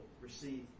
receive